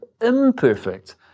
imperfect